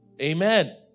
Amen